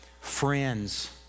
friends